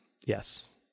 Yes